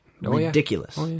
Ridiculous